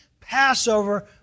Passover